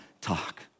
talk